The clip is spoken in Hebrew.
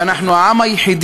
שאנחנו העם היחיד